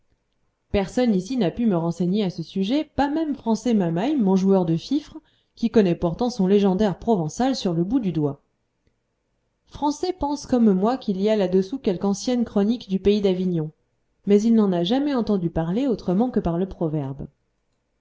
personne ici n'a pu me renseigner à ce sujet pas même francet mamaï mon joueur de fifre qui connaît pourtant son légendaire provençal sur le bout du doigt francet pense comme moi qu'il y a là-dessous quelque ancienne chronique du pays d'avignon mais il n'en a jamais entendu parler autrement que par le proverbe